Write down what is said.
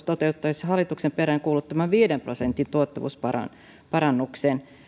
toteuttaisi hallituksen peräänkuuluttaman viiden prosentin tuottavuusparannuksen